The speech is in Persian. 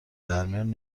درمیون